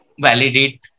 validate